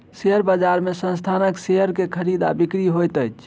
share बजार में संस्थानक शेयर के खरीद आ बिक्री होइत अछि